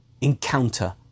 encounter